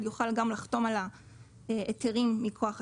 יוכל גם לחתום על ההיתרים מכוח התקנות.